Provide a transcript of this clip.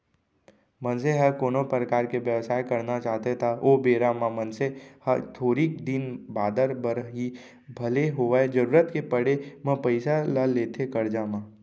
मनसे ह कोनो परकार के बेवसाय करना चाहथे त ओ बेरा म मनसे ह थोरिक दिन बादर बर ही भले होवय जरुरत के पड़े म पइसा ल लेथे करजा म